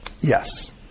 Yes